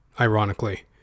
ironically